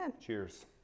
Cheers